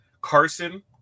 Carson